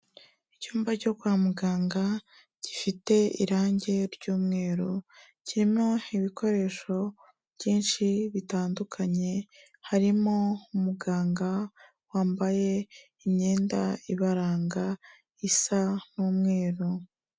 Icyumba cyo kwa muganga gifite irangi ry'umweru, kirimo ibikoresho byinshi bitandukanye, harimo umuganga wambaye imyenda ibaranga isa umweru.